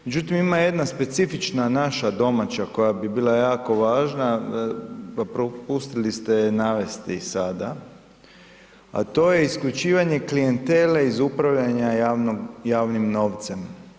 Međutim, ima jedna specifična naša domaća koja bi bila jako važna propustili ste je navesti sada, a to je isključivanje klijentele iz upravljanja javnim novcem.